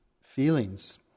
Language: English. feelings